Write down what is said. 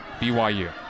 BYU